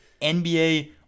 NBA